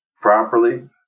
properly